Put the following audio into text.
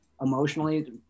emotionally